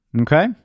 Okay